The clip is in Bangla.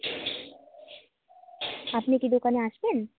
আপনি কি দোকানে আসবেন